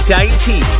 Dainty